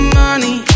money